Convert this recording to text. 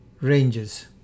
ranges